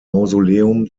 mausoleum